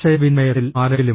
ആശയവിനിമയത്തിൽ ആരെങ്കിലും